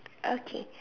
okay